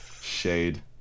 Shade